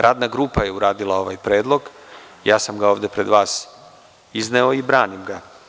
Radna grupa je uradila ovaj predlog, ja sam ga ovde pred vas izneo i branim ga.